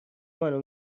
منو